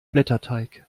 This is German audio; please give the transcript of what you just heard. blätterteig